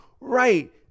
right